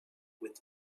with